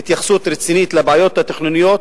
התייחסות רצינית לבעיות התכנוניות,